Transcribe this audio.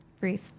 brief